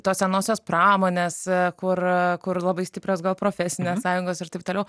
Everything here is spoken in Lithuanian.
tos senosios pramonės kur kur labai stiprios gal profesinės sąjungos ir taip toliau